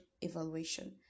evaluation